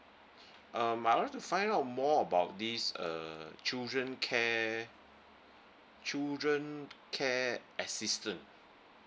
um I would like to find out more about this uh children care children care assistance